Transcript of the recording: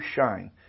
shine